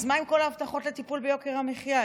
אז מה עם כל ההבטחות לטיפול ביוקר המחיה?